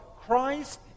Christ